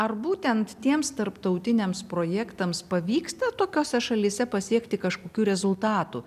ar būtent tiems tarptautiniams projektams pavyksta tokiose šalyse pasiekti kažkokių rezultatų